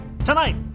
Tonight